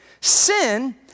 Sin